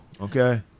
Okay